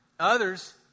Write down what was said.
others